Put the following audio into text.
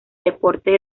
deportes